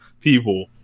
people